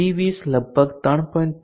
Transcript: C20 લગભગ 3